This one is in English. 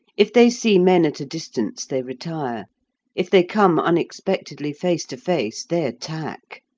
if they see men at a distance, they retire if they come unexpectedly face to face, they attack.